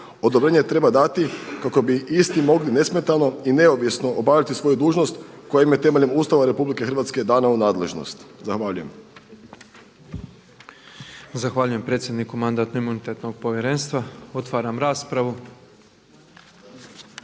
odobrenje treba dati kako bi isti mogli nesmetan i neovisno obavljati svoju dužnost koja im je temeljem Ustava RH dana u nadležnost. Zahvaljujem. **Petrov, Božo (MOST)** Zahvaljujem predsjedniku Mandatno-imunitetnog povjerenstva. Otvaram raspravu.